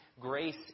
grace